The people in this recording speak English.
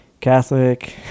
Catholic